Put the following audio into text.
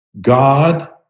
God